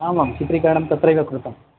आमाम् आं चित्रीकरणं तत्रैव कृतं